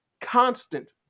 constant